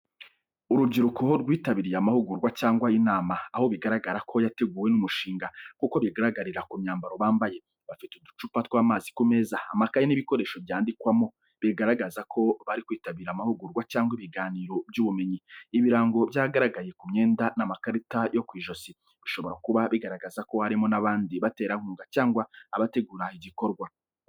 Urubyiruko rwitabiriye amahugurwa cyangwa inama, aho bigaragara ko yateguwe n’umushinga, nk’uko bigaragarira ku myambaro bambaye. Bafite uducupa tw'amazi ku meza, amakaye n’ibikoresho byandikwamo, bigaragaza ko bari kwitabira amahugurwa cyangwa ibiganiro by’ubumenyi. Ibirango byagaragaye ku myenda n’amakarita yo ku ijosi bishobora kuba bigaragaza ko harimo n’abandi baterankunga cyangwa abategura igikorwa.